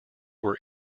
were